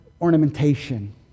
ornamentation